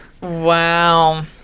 Wow